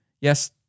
Yes